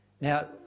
Now